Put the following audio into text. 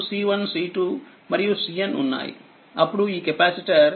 మరియు Cn ఉన్నాయి అప్పుడుఈ కెపాసిటర్ Cequivalent